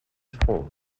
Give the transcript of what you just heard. strom